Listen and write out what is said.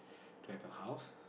to have a house